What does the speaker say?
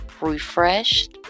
refreshed